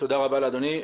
תודה רבה לאדוני.